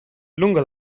lungo